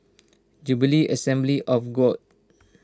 Jubilee Assembly of God